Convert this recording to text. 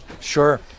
Sure